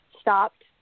stopped